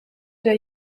der